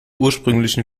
ursprünglichen